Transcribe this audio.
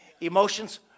Emotions